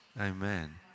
amen